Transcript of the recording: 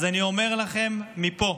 אני אומר לכם מפה: